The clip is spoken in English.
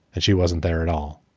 and she wasn't there at all